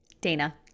Dana